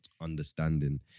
understanding